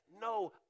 no